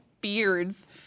beards